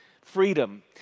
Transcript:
freedom